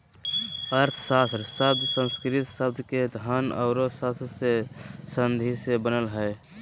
अर्थशास्त्र शब्द संस्कृत शब्द के धन औरो शास्त्र के संधि से बनलय हें